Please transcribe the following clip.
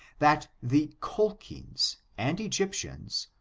that the colchins and egyptians,